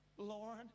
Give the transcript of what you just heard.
lord